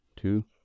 Two